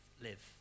live